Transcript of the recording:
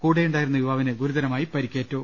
കൂടെയുണ്ടായിരുന്ന യുവാവിന് ഗുരുതരമായി പരുക്കേറ്റു